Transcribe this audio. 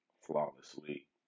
flawlessly